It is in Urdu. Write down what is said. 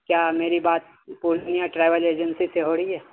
کیا میری بات پورنیہ ٹریول ایجنسی سے ہو رہی ہے